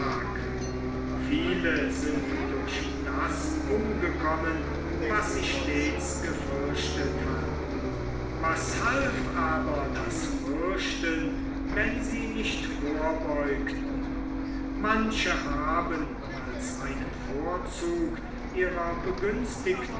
viele sind durch das umgekommen was sie stets gefürchtet hatten was half aber das fürchten wenn sie nicht vorbeugten manche haben als einen vorzug ihrer begünstigten